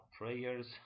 prayers